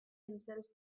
himself